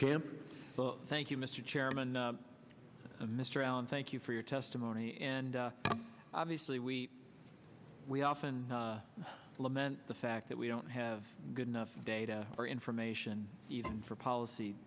camp thank you mr chairman mr allen thank you for your testimony and obviously we we often lament the fact that we don't have good enough data or information even for policy